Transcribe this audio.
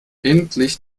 endlich